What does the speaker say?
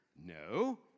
No